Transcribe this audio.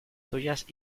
suyas